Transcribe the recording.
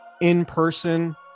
in-person